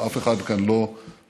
אף אחד כאן לא פזיז.